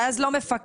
ואז לא מפקחת,